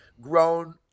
grown